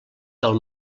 del